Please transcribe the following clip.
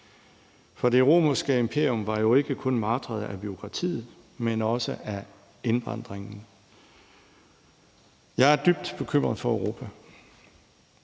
Det romerske imperium var jo ikke kun martret af bureaukratiet, men også af indvandringen. Jeg er dybt bekymret for Europa.